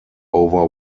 over